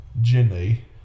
Jenny